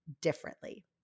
differently